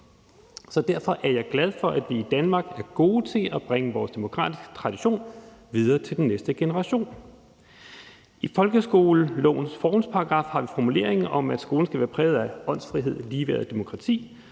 så derfor er jeg glad for, at vi i Danmark er gode til at bringe vores demokratiske tradition videre til den næste generation. I folkeskolelovens formålsparagraf har vi formuleringen om, at skolen skal være præget af åndsfrihed, ligeværd og demokrati.